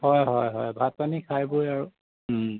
হয় হয় হয় ভাত পানী খাই বৈ আৰু